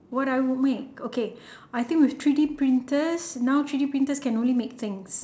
what I would make okay I think with three D printers now three D printers can only make things